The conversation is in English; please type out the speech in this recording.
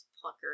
Plucker